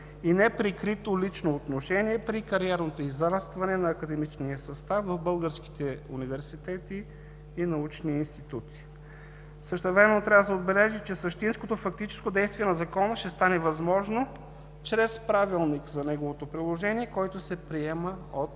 и неприкрито лично отношение при кариерното израстване на академичния състав в българските университети и научни институти. Същевременно трябва да се отбележи, че същинското фактическо действие на Закона ще стане възможно чрез Правилник за неговото приложение, който се приема от